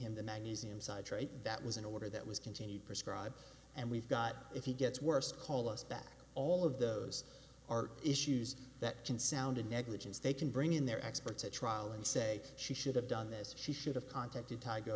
trade that was in order that was continued prescribed and we've got if he gets worse call us back all of those are issues that can sound a negligence they can bring in their experts at trial and say she should have done this she should've contacted t